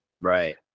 Right